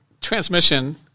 Transmission